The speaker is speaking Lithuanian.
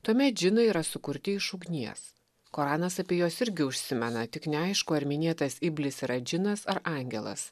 tuomet džinai yra sukurti iš ugnies koranas apie juos irgi užsimena tik neaišku ar minėtas iblis yra džinas ar angelas